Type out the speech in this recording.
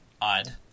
odd